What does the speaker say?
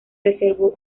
reservó